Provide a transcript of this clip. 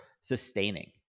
sustaining